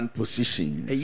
positions